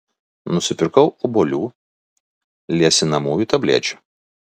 nusipirkau obuolių liesinamųjų tablečių